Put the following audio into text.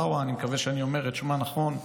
אני מקווה שאני אומר את שמה נכון,